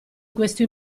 questo